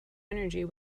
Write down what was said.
energy